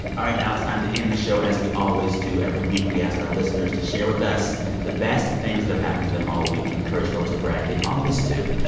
all right, now it's time to end the show as we always do. every week, we ask our listeners to share with us the best things that have happened to them all week. we encourage folks to brag. they always do.